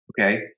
okay